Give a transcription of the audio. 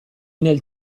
nel